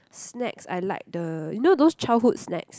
snacks I like the you know those childhood snacks